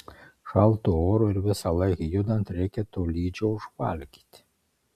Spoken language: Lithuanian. šaltu oru ir visąlaik judant reikia tolydžio užvalgyti